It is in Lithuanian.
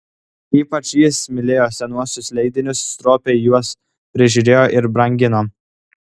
ypač jis mylėjo senuosius leidinius stropiai juos prižiūrėjo ir brangino